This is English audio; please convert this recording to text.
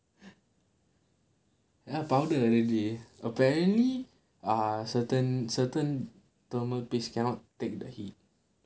apparently ah certain certain thermal base cannot take the heat